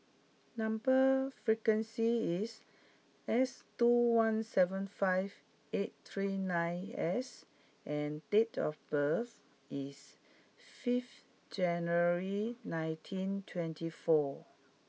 number sequence is S two one seven five eight three nine S and date of birth is fifth January nineteen twenty four